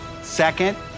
Second